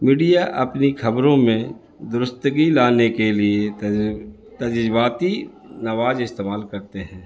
media اپنی خبروں میں درستگی لانے کے لیے تجرباتی نواج استعمال کرتے ہیں